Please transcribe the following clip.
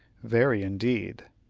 very, indeed.